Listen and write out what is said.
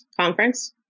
Conference